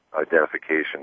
identification